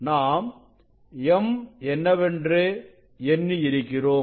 நாம் m என்னவென்று எண்ணி இருக்கிறோம்